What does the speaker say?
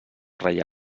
reia